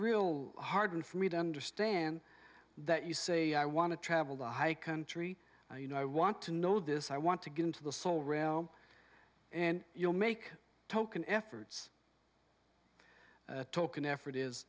real hard for me to understand that you say i want to travel the high country you know i want to know this i want to get into the soul realm and you know make token efforts token effort is